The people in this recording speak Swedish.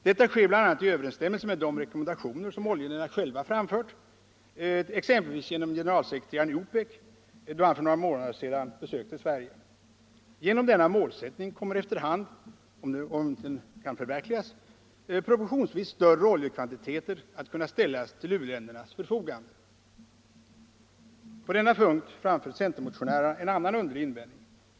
Detta sker bl.a. i överensstämmelse med de rekommendationer som oljeländerna själva framfört, exempelvis genom generalsekreteraren i OPEC då han för några månader sedan besökte Sverige. Genom denna målsättning kommer efter hand, om den kan förverkligas, proportionsvis större oljekvantiteter att kunna ställas till u-ländernas förfogande. På denna punkt framför centermotionärerna en annan underlig invändning.